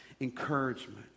Encouragement